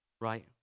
right